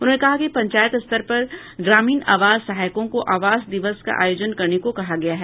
उन्होंने कहा कि पंचायत स्तर पर ग्रामीण आवास सहायकों को आवास दिवस का आयोजन करने को कहा गया है